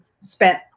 spent